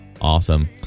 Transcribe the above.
Awesome